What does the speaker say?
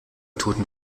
toten